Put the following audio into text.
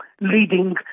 leading